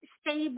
stable